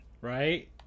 right